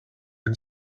and